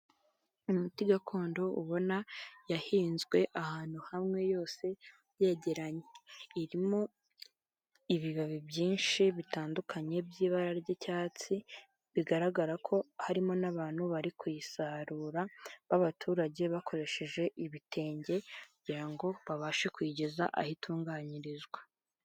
Imuti gakondo ubona yahinzwe ahantu hamwe yose yegeranye, irimo ibibabi byinshi bitandukanye by'ibara ry'icyatsi, bigaragara ko harimo n'abantu bari kuyisarura b'abaturage bakoresheje ibitenge kugira ngo babashe kuyigeza aho itunganyirizwa.